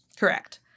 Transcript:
Correct